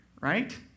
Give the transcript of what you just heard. right